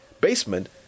Basement